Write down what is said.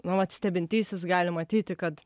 nuolat stebintysis gali matyti kad